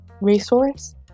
resource